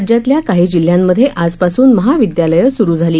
राज्यातल्या काही जिल्ह्यांमध्ये आजपासून महाविद्यालयं सुरू झाली